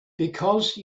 because